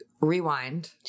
rewind